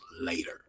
later